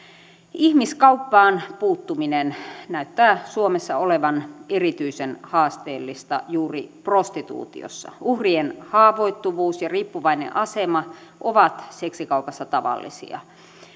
ihmiskauppaan puuttuminen näyttää suomessa olevan erityisen haasteellista juuri prostituutiossa uhrien haavoittuvuus ja riippuvainen asema ovat seksikaupassa tavallisia